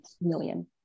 million